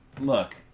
Look